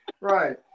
right